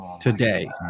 Today